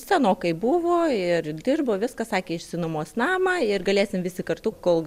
senokai buvo ir dirbo viską sakė išsinuomos namą ir galėsim visi kartu kol